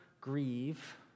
grieve